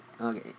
okay